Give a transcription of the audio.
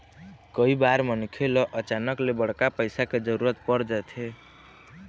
कइ बार मनखे ल अचानक ले बड़का पइसा के जरूरत पर जाथे